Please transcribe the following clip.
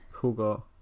Hugo